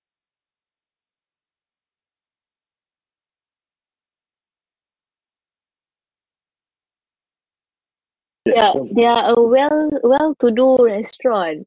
ya they are a well well-to-do restaurant